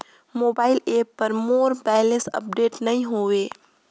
mobile app पर मोर balance update नई हवे